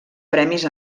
premis